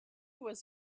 was